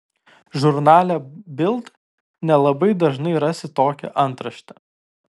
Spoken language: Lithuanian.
žurnale bild nelabai dažnai rasi tokią antraštę